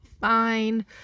fine